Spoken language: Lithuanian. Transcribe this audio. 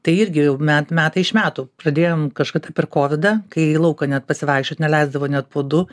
tai irgi jau met metai iš metų pradėjom kažkadą per kovidą kai į lauką net pasivaikščiot neleisdavo net po du